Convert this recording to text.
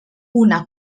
una